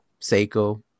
Seiko